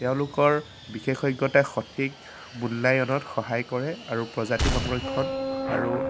তেওঁলোকৰ বিশেষজ্ঞতাই সঠিক মূল্যায়নত সহায় কৰে আৰু প্ৰজাতি সংৰক্ষণ আৰু